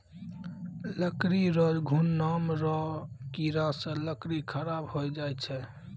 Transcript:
लकड़ी रो घुन नाम रो कीड़ा से लकड़ी खराब होय जाय छै